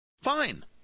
Fine